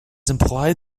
implied